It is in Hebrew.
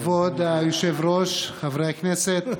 כבוד היושב-ראש, חברי הכנסת,